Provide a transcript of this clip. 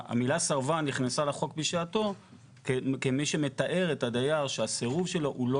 המילה "סרבן" נכנסה לחוק בשעתו כמי שמתאר את הדייר שהסירוב שלו הוא לא